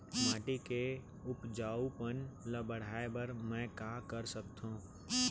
माटी के उपजाऊपन ल बढ़ाय बर मैं का कर सकथव?